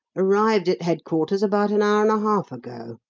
arrived at headquarters about an hour and a half ago.